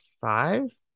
five